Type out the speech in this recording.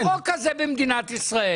אין חוק כזה במדינת ישראל.